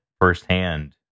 firsthand